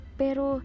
pero